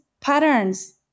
patterns